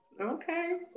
okay